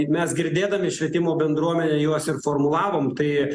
mes girdėdami švietimo bendruomenę juos ir formulavom tai